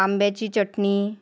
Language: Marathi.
आंब्याची चटणी